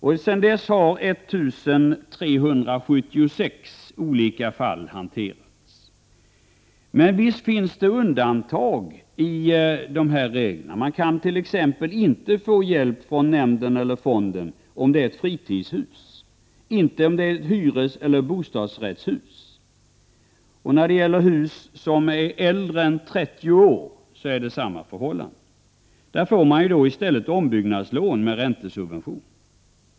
Alltsedan nämnda datum har 1 376 olika fall hanterats. Men visst finns det undantag i fråga om de här reglerna. Det går t.ex. inte att få hjälp från småhusskadenämnden eller fonden, om det gäller ett fritidshus eller hyreseller bostadsrättshus. För hus som är äldre än 30 år gäller samma sak. I de fallen får man i stället ett ombyggnadslån med räntesubventioner.